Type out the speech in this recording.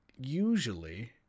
Usually